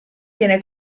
viene